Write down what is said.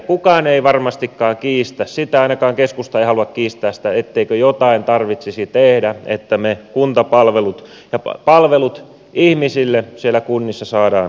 kukaan ei varmastikaan kiistä sitä ainakaan keskusta ei halua kiistää sitä etteikö jotain tarvitsisi tehdä että me palvelut ihmisille siellä kunnissa saamme turvattua